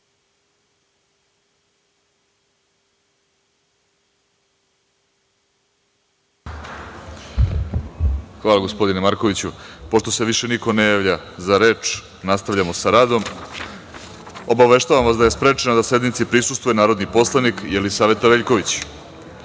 Hvala, gospodine Markoviću. Pošto se više niko ne javlja za reč, nastavljamo sa radom. Obaveštavam vas da je sprečena da sednici prisustvuje narodni poslanik Jelisaveta Veljković. Dostavljen